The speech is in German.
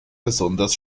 besonders